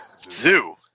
Zoo